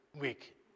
week